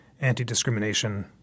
anti-discrimination